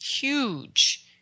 huge